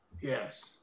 Yes